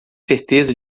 certeza